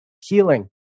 Healing